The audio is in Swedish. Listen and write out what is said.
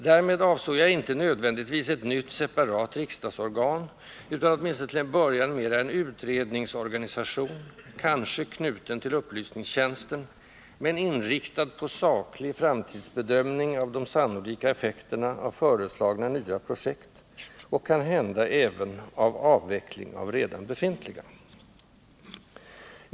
Därmed avsåg jag inte nödvändigtvis ett nytt, separat riksdagsorgan, utan åtminstone till en början mera en utredningsorganisation, kanske knuten till upplysningstjänsten men inriktad på saklig framtidsbedömning av de sannolika effekterna av föreslagna nya projekt — och kanhända även av avveckling av redan befintliga.